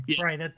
Right